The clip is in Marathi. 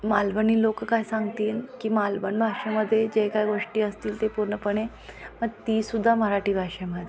मालवणी लोक काय सांगतील की मालवणी भाषेमध्ये जे काही गोष्टी असतील ते पूर्णपणे मग तीसुद्धा मराठी भाषेमध्ये